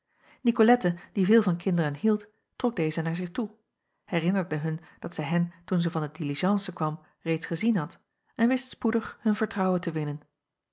nicolette die veel van kinderen hield trok deze naar zich toe herinnerde hun dat zij hen toen zij van de diligence kwam reeds gezien had en wist spoedig hun vertrouwen te winnen